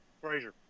Frazier